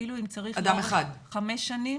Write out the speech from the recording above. אפילו אם צריך ללוות חמש שנים.